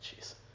Jeez